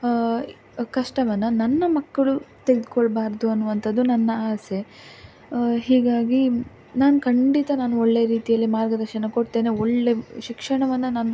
ಕಷ್ಟವನ್ನು ನನ್ನ ಮಕ್ಕಳು ತೆಗೆದ್ಕೊಳ್ಬಾರ್ದು ಅನ್ನುವಂಥದ್ದು ನನ್ನ ಆಸೆ ಹೀಗಾಗಿ ನಾನು ಖಂಡಿತ ನಾನು ಒಳ್ಳೆಯ ರೀತಿಯಲ್ಲಿ ಮಾರ್ಗದರ್ಶನ ಕೊಡ್ತೇನೆ ಒಳ್ಳೆಯ ಶಿಕ್ಷಣವನ್ನು ನಾನು